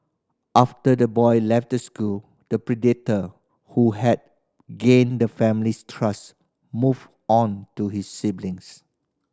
after the boy left the school the predator who had gained the family's trust moved on to his siblings